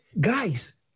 Guys